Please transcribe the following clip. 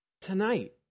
tonight